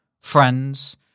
Friends